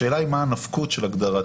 השאלה היא מה הנפקות של ההגדרה.